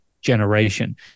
generation